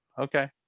okay